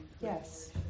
yes